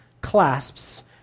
clasps